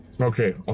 Okay